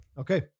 okay